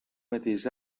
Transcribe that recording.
mateix